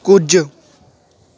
ਕੁਝ